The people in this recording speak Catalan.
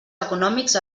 econòmics